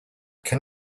can